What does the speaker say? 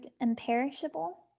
Imperishable